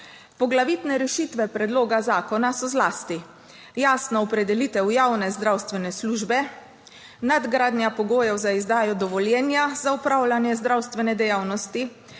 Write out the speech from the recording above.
Poglavitne rešitve predloga zakona so zlasti: jasna opredelitev javne zdravstvene službe, nadgradnja pogojev za izdajo dovoljenja za opravljanje zdravstvene dejavnosti,